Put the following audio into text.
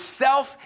self